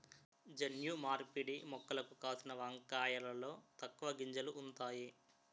జన్యు మార్పిడి మొక్కలకు కాసిన వంకాయలలో తక్కువ గింజలు ఉంతాయి